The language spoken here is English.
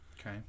okay